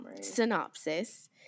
synopsis